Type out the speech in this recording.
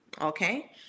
okay